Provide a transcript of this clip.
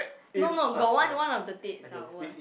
no no got one one of the dates ah worst